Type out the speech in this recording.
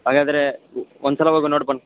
ಹಾಗಾದರೆ ಒಂದ್ಸಲ ಹೋಗಿ ನೋಡ್ಕೊಂಡು